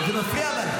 זה מפריע לנו.